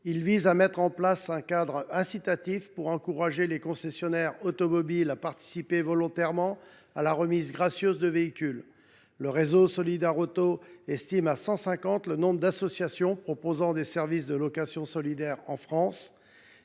vise à établir un cadre incitatif pour encourager les concessionnaires automobiles à participer volontairement à la remise à titre gracieux de véhicules. Le réseau Solidarauto estime que cent cinquante associations proposent des services de location solidaire en France,